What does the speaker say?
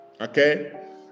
Okay